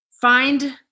find